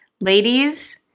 Ladies